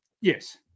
Yes